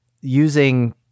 using